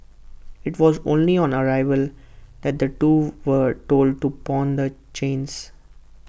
IT was only on arrival that the two were told to pawn the chains